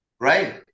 Right